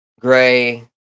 gray